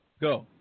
Go